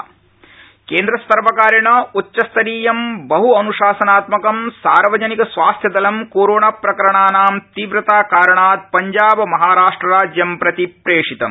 centre team केन्द्रसर्वकारेण उच्चस्तरीय बहु अनुशासनात्मक सार्वजनिकस्वास्थदल कोरोनाप्रकरणानी तीव्रताकारणात् पंजाबमहाराष्ट्र राज्यं प्रति प्रेषितम्